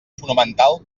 fonamental